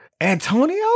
Antonio